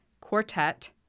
quartet